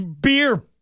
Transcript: beer